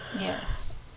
Yes